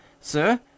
sir